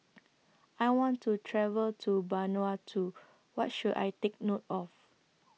I want to travel to Vanuatu What should I Take note of